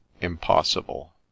impossible